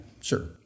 sure